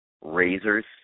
razors